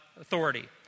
authority